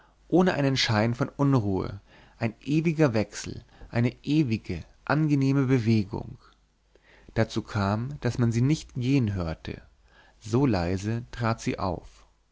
ohne einen schein von unruhe ein ewiger wechsel eine ewige angenehme bewegung dazu kam daß man sie nicht gehen hörte so leise trat sie auf